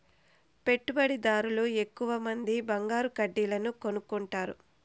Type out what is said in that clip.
పెట్టుబడిదార్లు ఎక్కువమంది బంగారు కడ్డీలను కొనుక్కుంటారు